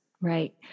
Right